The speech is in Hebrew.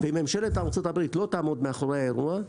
אם ממשלת ארצות הברית לא תעמוד מאחורי האירוע,